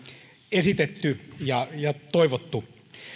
esitetty ja ja toivottu